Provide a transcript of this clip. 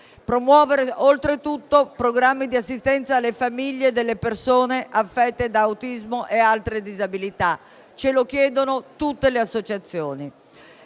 promuovere programmi di assistenza alle famiglie delle persone affette da autismo e altre disabilità. Ce lo chiedono tutte le associazioni.